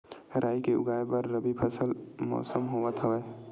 राई के उगाए बर रबी मौसम होवत हवय?